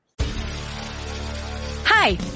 Hi